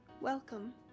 Welcome